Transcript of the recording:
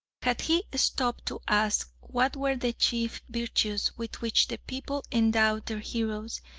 had he stopped to ask what were the chief virtues with which the people endowed their heroes,